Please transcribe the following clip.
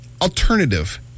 alternative